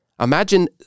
imagine